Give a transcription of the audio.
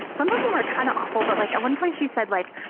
some but of them were kind of awful. but, like, at one place, she said, like,